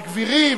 על גבירים?